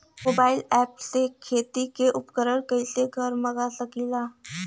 Mobile ऐपसे खेती के उपकरण कइसे घर मगा सकीला?